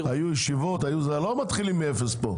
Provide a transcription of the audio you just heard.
לא מתחילים כאן מאפס.